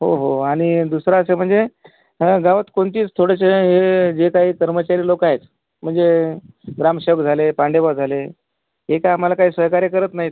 हो हो आणि दुसरं असं म्हणजे अ गावात कोणतीच थोडेसे हे जे काही कर्मचारी लोक आहेत म्हणजे ग्रामसेवक झाले पांडे बा झाले हे काही आम्हाला काही सहकार्य करत नाहीत